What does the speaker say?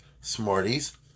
smarties